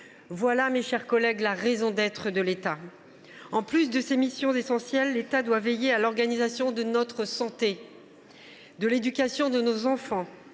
Voilà, mes chers collègues, quelle est la raison d’être de l’État. En plus de ses missions essentielles, l’État doit veiller à l’organisation de notre santé, de l’éducation de nos enfants,